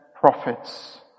prophets